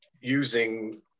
using